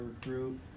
recruit